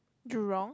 Jurong